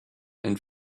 and